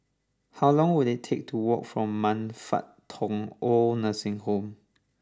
how long will it take to walk from Man Fut Tong Old Nursing Home